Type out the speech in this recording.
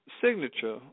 signature